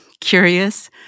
curious